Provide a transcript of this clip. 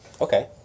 Okay